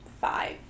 Five